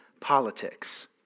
politics